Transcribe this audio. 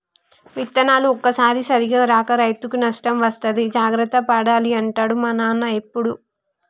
విత్తనాలు ఒక్కోసారి సరిగా రాక రైతుకు నష్టం వస్తది జాగ్రత్త పడాలి అంటాడు నాన్న ఎప్పుడు